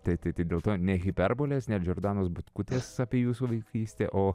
tai tai dėl to ne hiperbolės ne džordanos butkutės apie jūsų vaikystę o